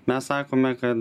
mes sakome kad